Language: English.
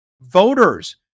voters